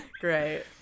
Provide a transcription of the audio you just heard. Great